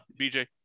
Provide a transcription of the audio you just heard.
BJ